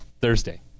Thursday